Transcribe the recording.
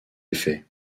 effets